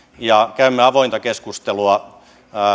ja käymme avointa keskustelua